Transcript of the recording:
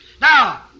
Now